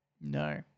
No